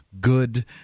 good